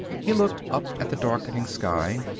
he looked up at the darkening sky.